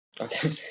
Okay